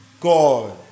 God